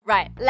Right